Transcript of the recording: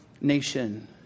nation